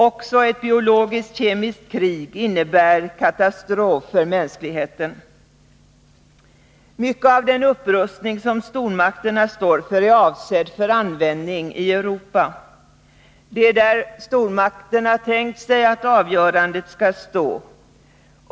Också ett biologisktkemiskt krig innebär katastrof för mänskligheten. Mycket av den upprustning som stormakterna står för är avsedd för användning i Europa. Det är där stormakterna tänkt sig att avgörandet skall stå.